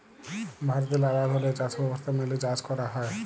ভারতে লালা ধরলের চাষ ব্যবস্থা মেলে চাষ ক্যরা হ্যয়